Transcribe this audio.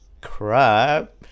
crap